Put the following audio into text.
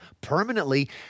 permanently